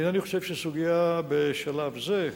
אני אינני חושב שהסוגיה בשלב זה,